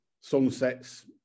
Sunsets